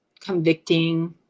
convicting